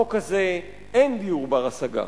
בחוק הזה אין דיור בר-השגה.